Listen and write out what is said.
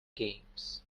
games